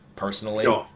Personally